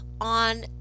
on